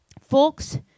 Folks